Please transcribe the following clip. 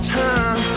time